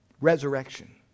resurrection